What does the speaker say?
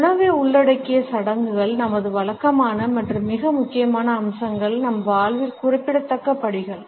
உணவை உள்ளடக்கிய சடங்குகள் நமது வழக்கமான மற்றும் மிக முக்கியமான அம்சங்கள் நம் வாழ்வில் குறிப்பிடத்தக்க படிகள்